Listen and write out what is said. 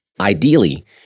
Ideally